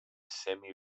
semi